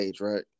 Right